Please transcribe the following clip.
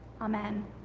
amen